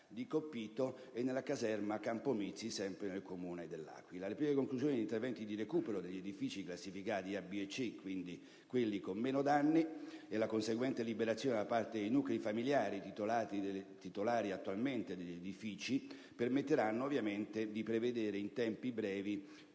di Coppito e nella caserma Campomizzi del Comune dell'Aquila. Le prime conclusioni degli interventi di recupero degli edifici classificati A, B e C (quelli con meno danni, quindi) e la conseguente liberazione da parte dei nuclei familiari titolari attualmente degli edifici permetteranno ovviamente di prevedere in tempi brevi